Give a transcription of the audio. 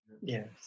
Yes